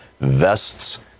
vests